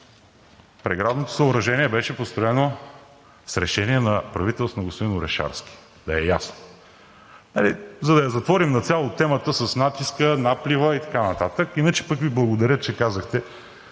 преградното съоръжение беше построено с решение на правителството на господин Орешарски – да е ясно, за да затворим нацяло темата с натиска, наплива и така нататък. Иначе Ви благодаря, че казахте